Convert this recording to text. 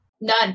None